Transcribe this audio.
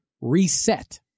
reset